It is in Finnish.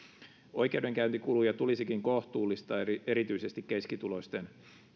oikeudenkäyntikuluja tulisikin kohtuullistaa erityisesti keskituloisten